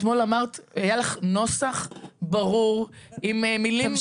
אתמול היה לך נוסח ברור עם מילים דבוקות וזה